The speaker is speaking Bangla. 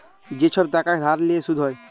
যে ছব টাকা ধার লিঁয়ে সুদ হ্যয়